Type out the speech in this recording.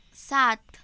सात